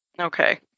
Okay